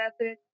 method